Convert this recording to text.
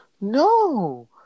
No